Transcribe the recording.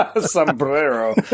Sombrero